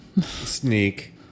Sneak